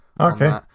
okay